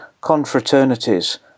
confraternities